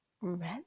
Red